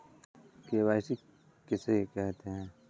KYC किसे कहते हैं?